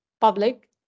public